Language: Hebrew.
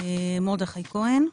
מרדכי כהן,